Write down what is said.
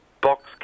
Box